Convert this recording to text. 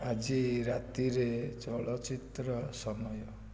ଆଜି ରାତିରେ ଚଳଚିତ୍ର ସମୟ